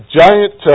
giant